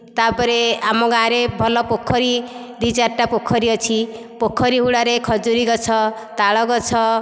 ତା'ପରେ ଆମ ଗାଁରେ ଭଲ ପୋଖରୀ ଦି ଚାରି ଟା ପୋଖରୀ ଅଛି ପୋଖରୀ ହୁଡ଼ାରେ ଖଜୁରୀ ଗଛ ତାଳ ଗଛ